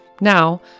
Now